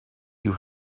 you